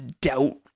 doubt